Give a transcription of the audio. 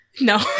No